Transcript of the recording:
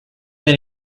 been